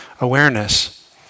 awareness